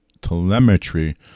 telemetry